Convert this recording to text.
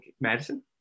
Madison